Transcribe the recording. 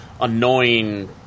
annoying